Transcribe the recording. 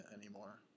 anymore